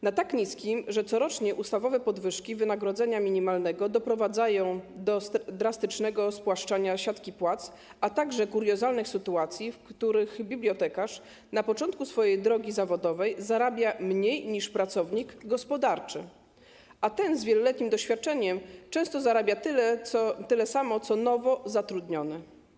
Na tak niskim, że coroczne ustawowe podwyżki wynagrodzenia minimalnego doprowadzają do drastycznego spłaszczenia siatki płac, a także do kuriozalnych sytuacji, w których bibliotekarz na początku swojej drogi zawodowej zarabia mniej niż pracownik gospodarczy, a bibliotekarz z wieloletnim doświadczeniem często zarabia tyle samo, co nowo zatrudniony.